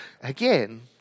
again